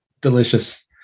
delicious